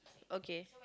okay